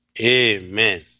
Amen